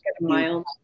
mild